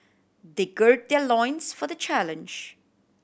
they gird their loins for the challenge